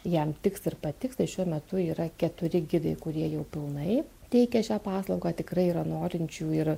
jam tiks ir patiks tai šiuo metu yra keturi gidai kurie jau pilnai teikia šią paslaugą tikrai yra norinčių ir